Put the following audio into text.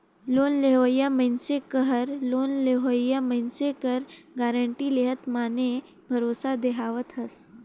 loan लेवइया मइनसे कहर लोन लेहोइया मइनसे कर गारंटी लेहत माने भरोसा देहावत हस